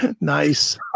Nice